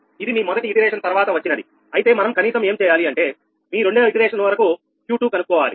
ఇది మీ మొదటి పునరావృతం తర్వాత వచ్చినది అయితే మనం కనీసం ఏం చేయాలి అంటే మీ రెండవ పునరావృతం కు Q2 కనుక్కోవాలి